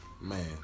Man